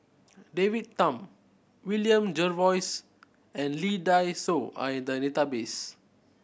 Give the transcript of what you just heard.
David Tham William Jervois and Lee Dai Soh are in the database